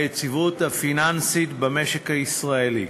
הפיננסית במשק הישראלי.